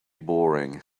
boring